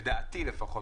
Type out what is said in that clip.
לדעתי לפחות,